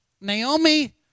Naomi